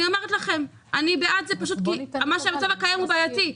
ואני בעד זה פשוט כי המצב הקיים הוא בעייתי.